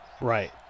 Right